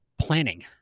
planning